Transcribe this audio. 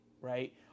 right